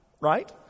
right